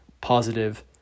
positive